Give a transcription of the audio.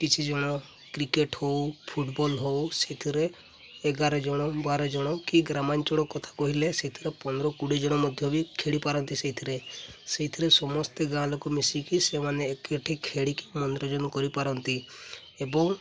କିଛି ଜଣ କ୍ରିକେଟ୍ ହେଉ ଫୁଟବଲ୍ ହେଉ ସେଥିରେ ଏଗାର ଜଣ ବାର ଜଣ କି ଗ୍ରାମାଞ୍ଚଳ କଥା କହିଲେ ସେଥିରେ ପନ୍ଦର କୋଡ଼ିଏ ଜଣ ମଧ୍ୟ ବି ଖେଳିପାରନ୍ତି ସେଇଥିରେ ସେଇଥିରେ ସମସ୍ତେ ଗାଁ ଲୋକ ମିଶିକି ସେମାନେ ଏକଠି ଖେଳିକି ମନୋରଞ୍ଜନ କରିପାରନ୍ତି ଏବଂ